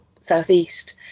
Southeast